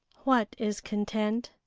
what is content?